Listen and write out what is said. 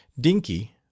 Dinky